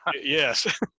Yes